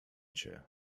cię